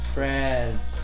Friends